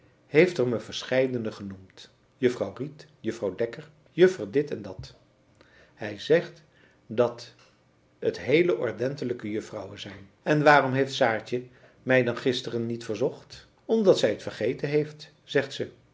heeft er me verscheiden opgenoemd juffrouw riet juffrouw dekker juffer dit en dat hij zegt dat het heele ordentelijke juffrouwen zijn en waarom heeft saartje mij dan gisteren niet verzocht omdat zij het vergeten heeft zegt ze